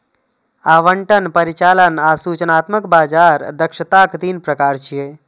आवंटन, परिचालन आ सूचनात्मक बाजार दक्षताक तीन प्रकार छियै